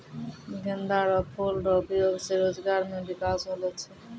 गेंदा रो फूल रो उपयोग से रोजगार मे बिकास होलो छै